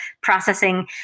processing